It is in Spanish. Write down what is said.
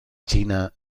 china